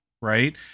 right